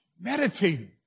meditating